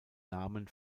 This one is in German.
namen